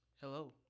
Hello